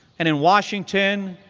and in washington,